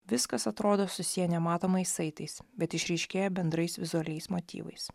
viskas atrodo susiję nematomais saitais bet išryškėja bendrais vizualiais motyvais